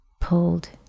pulled